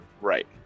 Right